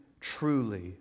truly